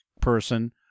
person